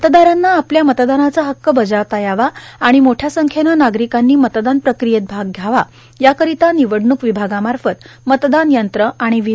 मतदारांना आपल्या मतदानाचा हक्क बजावता यावा आणि मोठया संख्येनं नागरिकांनी मतदान प्रक्रियेत भाग घ्यावा याकरीता निवडणुक विभागामार्फत मतदान यंत्र आणि व्ही